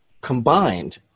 combined